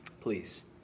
Please